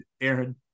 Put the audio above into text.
Aaron